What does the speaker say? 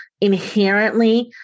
inherently